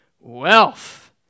wealth